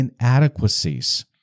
inadequacies